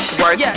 work